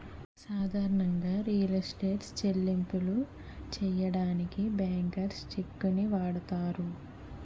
సాధారణంగా real estate చెల్లింపులు సెయ్యడానికి బ్యాంకర్స్ చెక్కుని వాడతారు